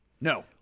No